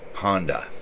Honda